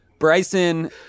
Bryson